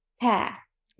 pass